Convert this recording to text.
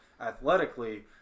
athletically